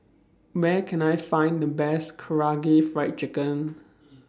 Where Can I Find The Best Karaage Fried Chicken